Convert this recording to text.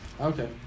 Okay